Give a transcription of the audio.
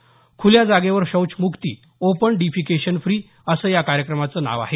खुल्या जागेवर शौच मुक्ती ओपन डिफिकेशन फ्री असं या कार्यक्रमाचं नाव आहे